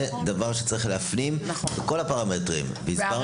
זה דבר שצריך להפנים בכל הפרמטרים והסברנו את זה.